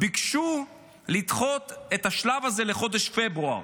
ביקשו לדחות את השלב הזה לחודש פברואר.